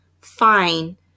fine